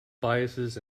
biases